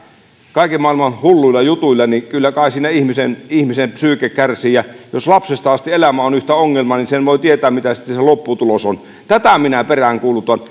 kaiken maailman hulluilla jutuilla niin kyllä kai siinä ihmisen ihmisen psyyke kärsii jos lapsesta asti elämä on yhtä ongelmaa niin sen voi tietää mitä sitten se lopputulos on tätä minä peräänkuulutan